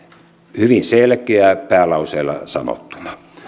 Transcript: hyvin selkeä päälauseilla sanottu